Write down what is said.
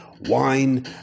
wine